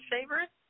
favorite